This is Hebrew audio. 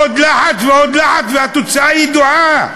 עוד לחץ ועוד לחץ, והתוצאה ידועה.